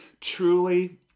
truly